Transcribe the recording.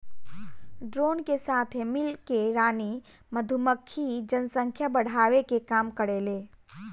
drone के साथे मिल के रानी मधुमक्खी जनसंख्या बढ़ावे के काम करेले